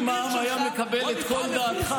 אם העם היה מקבל את כל דעתך,